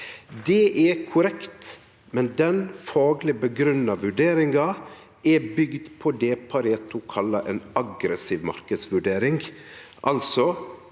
Det er korrekt, men den fagleg grunngjevne vurderinga er bygd på det Pareto kallar ei aggressiv marknadsvurdering,